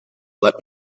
let